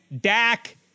Dak